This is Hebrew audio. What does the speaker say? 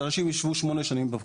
אנשים ישבו 8 שנים בפקק.